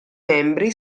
membri